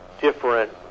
different